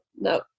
no